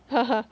haha